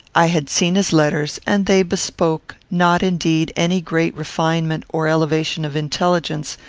i had seen his letters, and they bespoke, not indeed any great refinement or elevation of intelligence,